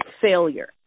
failure